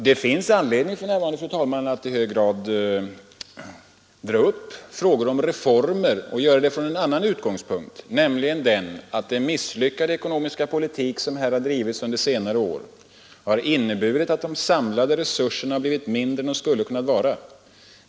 Det finns nu i hög grad anledning att ta upp frågor om reformer och att göra det från en annan utgångspunkt, nämligen den att den misslyckade konomiska politik som bedrivits under senare år har gjort att de samlade resurserna har blivit mindre än de hade behövt vara.